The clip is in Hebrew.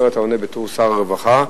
עכשיו אתה עונה בתור שר הרווחה.